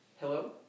Hello